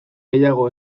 gehiago